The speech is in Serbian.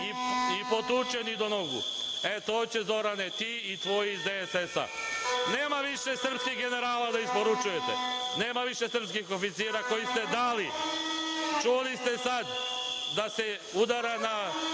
i potučeni do nogu. E, to ćete Zorane ti i tvoji iz DSS. Nema više srpskih generala da isporučujete. Nema više srpskih oficira koje ste dali. Čuli ste sada da se udara na